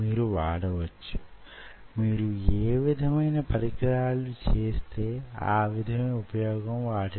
cantilever ను నిర్మించడానికి పనికొచ్చే వాటిలో యిది కూడా వొకటి